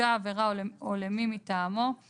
כי פה --- זה מופיע בסעיף עצמו.